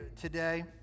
today